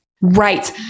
Right